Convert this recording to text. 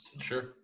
Sure